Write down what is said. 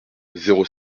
zéro